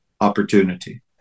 opportunity